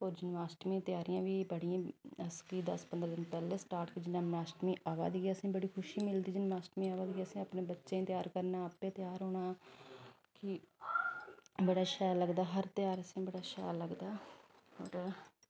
और जन्माष्टमी दियां तेयारियां बी अस दस पंदरां दिन पैह्लैं जन्माष्टमी अवा दी ऐ एसेंगी बड़ी खुशी मिलदी जन्माष्टमी अवा दी ऐ असें अपने बच्चें गी तेयार करना आपें तेयार होना कि बड़ा शैल लगदा असेंगी हर जन्माष्टमी बड़ा शैल लगदा और